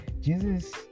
Jesus